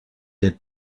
they